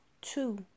Two